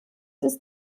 ist